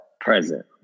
present